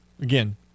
Again